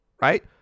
right